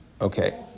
Okay